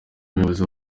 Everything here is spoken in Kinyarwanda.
umuyobozi